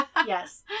Yes